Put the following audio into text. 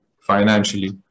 financially